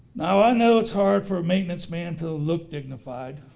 now i know it's hard for a maintenance man to look dignified.